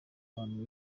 abantu